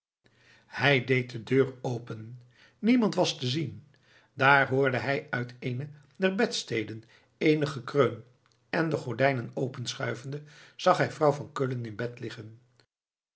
hij deed de deur open niemand was te zien daar hoorde hij uit eene der bedsteden eenig gekreun en de gordijnen openschuivende zag hij vrouw van keulen te bed liggen